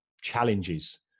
challenges